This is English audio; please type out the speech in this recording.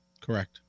Correct